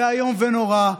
זה איום ונורא.